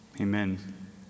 amen